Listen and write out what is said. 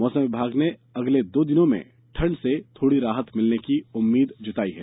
मौसम विभाग ने अगले दो दिनों में ठण्ड से थोड़ी राहत मिलने की उम्मीद जताई है